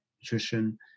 nutrition